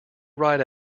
ride